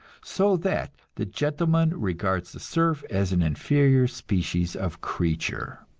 so that the gentleman regards the serf as an inferior species of creature.